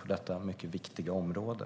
på detta mycket viktiga område.